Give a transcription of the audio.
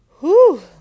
Whoo